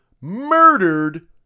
murdered